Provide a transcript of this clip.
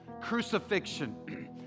crucifixion